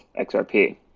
XRP